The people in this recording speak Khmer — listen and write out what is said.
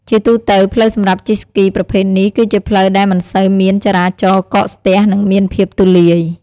ជាទូទៅ ផ្លូវសម្រាប់ជិះស្គីប្រភេទនេះគឺជាផ្លូវដែលមិនសូវមានចរាចរណ៍កកស្ទះ និងមានភាពទូលាយ។